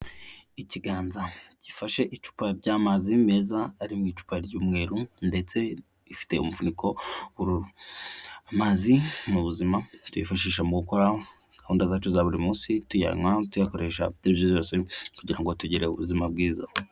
Ikiganza, gifashe icupa ry'amazi meza, ari mu icupa ry'umweru, ndetse rifite umufuniko w'ubururu. Amazi mu buzima, tuyifashisha mu gukora, gahunda zacu za buri munsi, tuyanywa, tuyakoresha ibyo aribyo byose, kugira ngo tugire ubuzima bwiza.